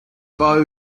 bow